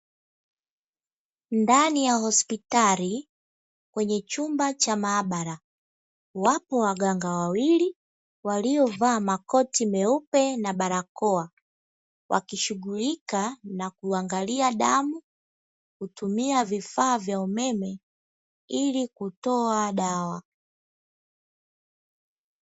Ndani ya hospitali kwenye chumba cha maabara, wapo waganga wawili waliovaa makoti meupe na barakoa, wakishughulika na kuangalia damu, kutumia vifaa vya umeme ili kutoa dawa.